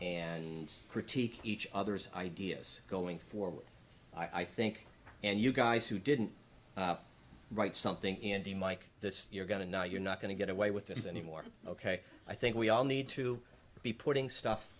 and critique each other's ideas going forward i think and you guys who didn't write something in the mike that you're going to now you're not going to get away with this anymore ok i think we all need to be putting stuff